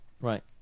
Right